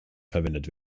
verwendet